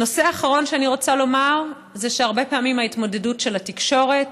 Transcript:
דבר אחרון שאני רוצה לומר זה שהרבה פעמים ההתמודדות של התקשורת,